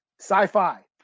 sci-fi